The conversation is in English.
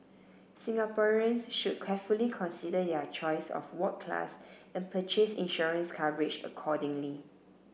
Singaporeans should carefully consider their choice of ward class and purchase insurance coverage accordingly